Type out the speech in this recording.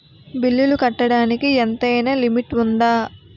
బిల్లులు కట్టడానికి ఎంతైనా లిమిట్ఉందా?